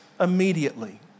immediately